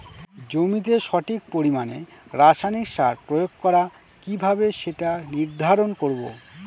জমিতে সঠিক পরিমাণে রাসায়নিক সার প্রয়োগ করা কিভাবে সেটা নির্ধারণ করব?